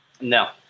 No